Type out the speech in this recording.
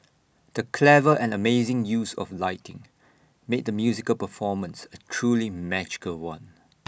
the clever and amazing use of lighting made the musical performance A truly magical one